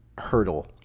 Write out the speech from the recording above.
hurdle